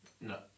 No